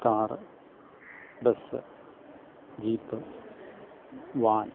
car bus jeep van